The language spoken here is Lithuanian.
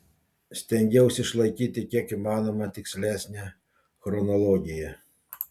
stengiausi išlaikyti kiek įmanoma tikslesnę chronologiją